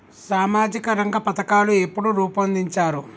సామాజిక రంగ పథకాలు ఎప్పుడు రూపొందించారు?